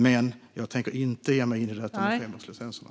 Men jag tänker inte ge mig när det gäller femårslicenserna.